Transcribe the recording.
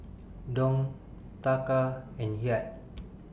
Dong Taka and Kyat